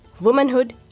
womanhood